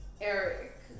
Eric